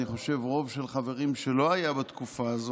אני חושב, רוב של חברים שלא היה בתקופה הזאת,